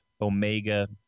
Omega